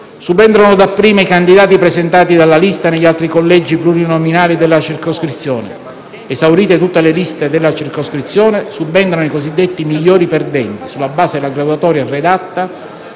Subentrano dapprima i candidati presentati dalla lista negli altri collegi plurinominali della circoscrizione. Esaurite tutte le liste della circoscrizione, subentrano i cosiddetti "migliori perdenti" (sulla base della graduatoria redatta